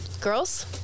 girls